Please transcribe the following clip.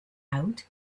and